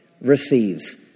receives